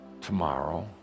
tomorrow